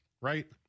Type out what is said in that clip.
right